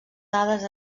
dades